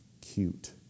Cute